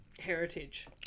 heritage